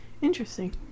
Interesting